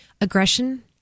aggression